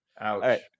Ouch